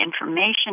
information